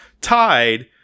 tied